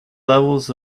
levels